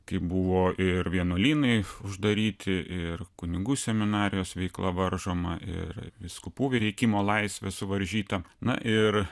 kai buvo ir vienuolynai uždaryti ir kunigų seminarijos veikla varžoma ir vyskupų veikimo laisvė suvaržyta na ir